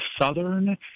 Southern